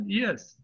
yes